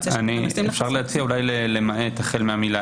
אפשר להציע את המילה "למעט" החל מהמילה